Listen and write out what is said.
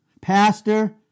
Pastor